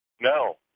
No